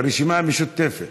לרשימה המשותפת.